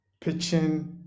pitching